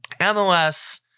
MLS